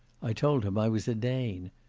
i told him i was a dane.